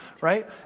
right